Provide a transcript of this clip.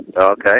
Okay